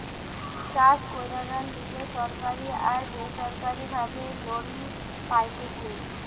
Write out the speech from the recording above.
চাষ কইরার লিগে সরকারি আর বেসরকারি ভাবে লোন পাইতেছি